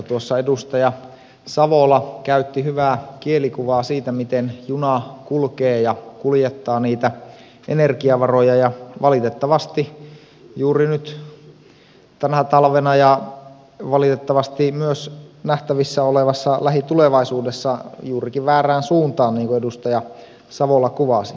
tuossa edustaja savola käytti hyvää kielikuvaa siitä miten juna kulkee ja kuljettaa niitä energiavaroja ja valitettavasti juuri nyt tänä talvena ja valitettavasti myös nähtävissä olevassa lähitulevaisuudessa juurikin väärään suuntaan niin kuin edustaja savola kuvasi